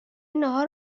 ناهار